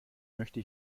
möchte